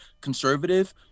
conservative